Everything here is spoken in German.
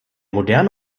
moderne